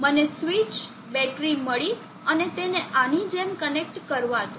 મને switch battery મળી અને તેને આની જેમ કનેક્ટ કરવા દો